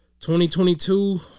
2022